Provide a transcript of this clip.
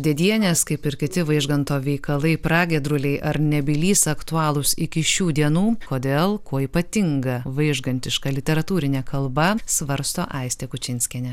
dėdienės kaip ir kiti vaižganto veikalai pragiedruliai ar nebylys aktualūs iki šių dienų kodėl kuo ypatinga vaižgantiška literatūrinė kalba svarsto aistė kučinskienė